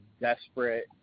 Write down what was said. desperate